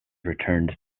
returned